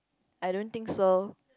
I don't think so